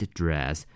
dress